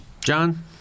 John